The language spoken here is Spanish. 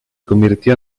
convirtió